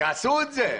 שיעשו את זה.